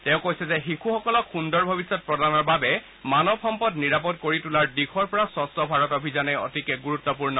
তেওঁ কৈছে যে শিশুসকলক সুন্দৰ ভৱিষ্যত প্ৰদানৰ বাবে মানৱ সম্পদ নিৰাপদ কৰি তোলাৰ দিশৰ পৰা স্বচ্ছ ভাৰত অভিযান অতিকে গুৰুত্পূৰ্ণ